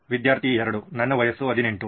ವಿದ್ಯಾರ್ಥಿ 2 ನನ್ನ ವಯಸ್ಸು 18